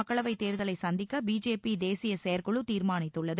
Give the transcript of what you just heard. மக்களவைத் தேர்தலை சந்திக்க பிஜேபி தேசிய செயற்குழு தீர்மானித்துள்ளது